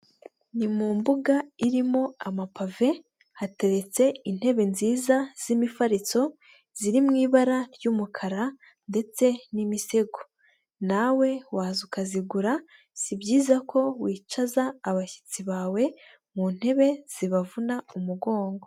Ni mu mbuga irimo amapave, hateretse intebe nziza z'imifariso ziri mu ibara ry'umukara ndetse n'imisego. Nawe waza ukazigura, si byiza ko wicaza abashyitsi bawe mu ntebe zibavuna umugongo.